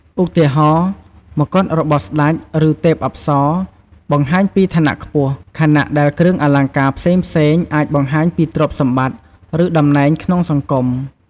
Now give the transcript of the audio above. ឧទាហរណ៍ មកុដរបស់ស្តេច ឬទេពអប្សរ បង្ហាញពីឋានៈខ្ពស់ ខណៈដែលគ្រឿងអលង្ការផ្សេងៗអាចបង្ហាញពីទ្រព្យសម្បត្តិ ឬតំណែងក្នុងសង្គម។